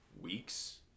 weeks